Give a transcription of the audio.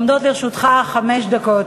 עומדות לרשותך חמש דקות.